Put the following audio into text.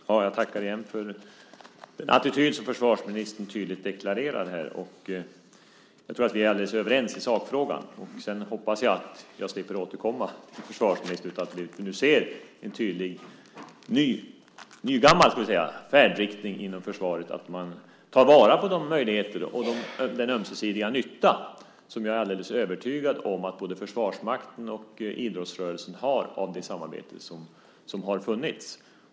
Fru talman! Jag tackar igen för den attityd som försvarsministern tydligt deklarerar här. Jag tror att vi är alldeles överens i sakfrågan. Sedan hoppas jag att jag slipper återkomma om detta och att vi nu ser en tydlig nygammal färdriktning hos Försvarsmakten där man tar vara på dessa möjligheter och på den ömsesidiga nytta som jag är övertygad om att både Försvarsmakten och idrottsrörelsen har av det samarbete som har funnits.